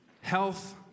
health